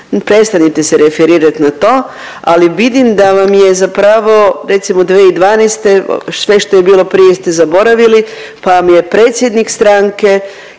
prestanite se referirat na to, ali vidim da vam je zapravo recimo 2012. sve što je bilo prije ste zaboravili, pa mi je predsjednik stranke